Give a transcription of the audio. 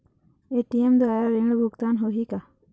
ATM द्वारा ऋण भुगतान होही का?